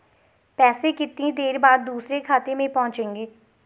पैसे कितनी देर बाद दूसरे खाते में पहुंचेंगे?